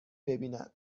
ببیند